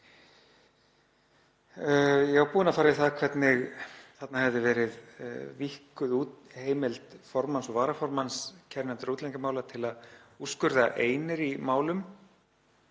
Ég var búinn að fara yfir það hvernig þarna hefði verið víkkuð út heimild formanns og varaformanns kærunefndar útlendingamála til að úrskurða einir í málum,